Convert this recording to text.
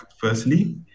firstly